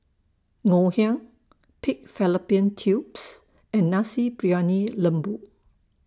Ngoh Hiang Pig Fallopian Tubes and Nasi Briyani Lembu